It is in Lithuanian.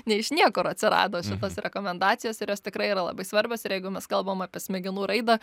ne iš niekur atsirado šitos rekomendacijos ir jos tikrai yra labai svarbios ir jeigu mes kalbam apie smegenų raidą